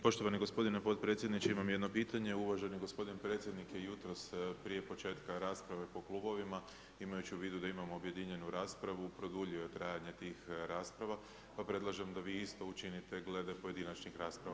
Poštovani gospodine potpredsjedniče, imam jedno pitanje, uvaženi gospodin predsjednik je jutros, prije početka rasprave po klubovima, imajući u vidu da imamo objedinjenu raspravu, produljio trajanje tih rasprava, pa predlažem da vi isto učinite glede pojedinačnih rasprava.